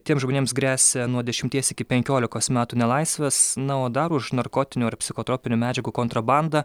tiems žmonėms gresia nuo dešimties iki penkiolikos metų nelaisvės na o dar už narkotinių ar psichotropinių medžiagų kontrabandą